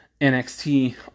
NXT